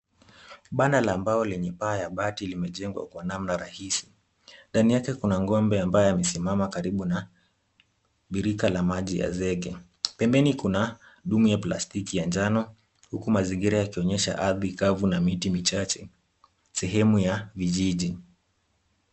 Banda la mbao lenye paa la mabati limejengwa kwa njia rahisi. Ndani yake kuna ng'ombe ambaye amesimama karibu na birika la maji ya zege. Pembeni kuna dumu ya plastiki ya njano, huku mazingira yakionyesha ardhi kavu na miti michache, sehemu ya vijiji.